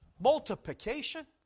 Multiplication